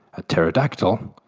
a pterodactyl,